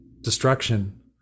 destruction